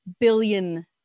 billion